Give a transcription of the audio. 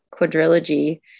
quadrilogy